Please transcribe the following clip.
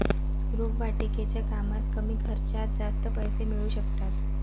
रोपवाटिकेच्या कामात कमी खर्चात जास्त पैसे मिळू शकतात